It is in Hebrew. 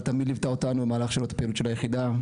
אבל תמיד ליוותה אותנו במהלך שנות הפעילות של היחידה.